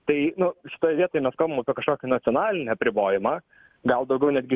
tai nu vietoj mes kalbam apie kažkokį nacionalinį apribojimą gal daugiau netgi